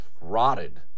rotted